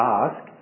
ask